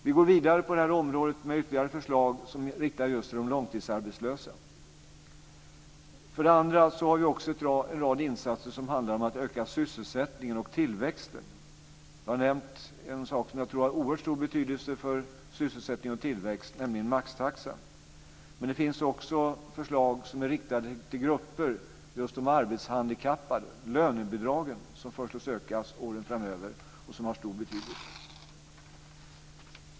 Vi går vidare på detta område med ytterligare förslag som riktar sig just till de långtidsarbetslösa. För det andra gör vi också en rad insatser som handlar om att öka sysselsättningen och tillväxten. Jag har nämnt en sak som jag tror har oerhört stor betydelse för sysselsättning och tillväxt, nämligen maxtaxan. Men det finns också förslag som är riktade till just de arbetshandikappade, nämligen lönebidragen som har stor betydelse och som vi föreslår ska öka åren framöver.